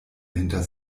hinter